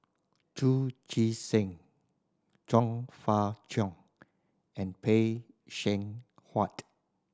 Chu Chee Seng Chong Fah Cheong and Phay Seng Whatt